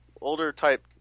older-type